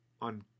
on